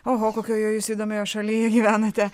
oho kokioje jūs įdomioje šalyje gyvenate